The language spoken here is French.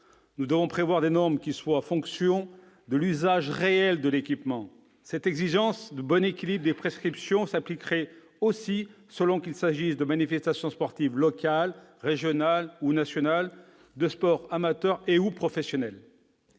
Nous devons prévoir des normes qui soient fonction de l'usage réel d'un équipement. Cette exigence de bon équilibre des prescriptions s'appliquerait aussi selon qu'il s'agit de manifestations sportives locales, régionales ou nationales, de sport amateur et/ou professionnel.